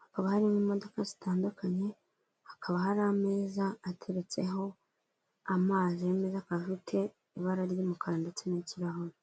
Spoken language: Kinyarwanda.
hakaba harimo imodoka zitandukanye, hakaba hari ameza ateretseho amazi meza akaba afite ibara ry'umukara ndetse n'ikirahure.